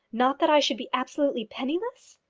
not that i should be absolutely penniless?